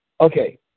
Okay